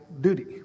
duty